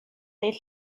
ddydd